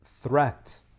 Threat